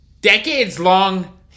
decades-long